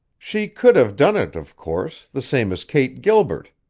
she could have done it, of course, the same as kate gilbert,